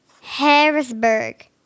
Harrisburg